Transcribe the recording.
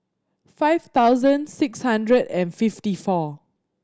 five thousand six hundred and fifty four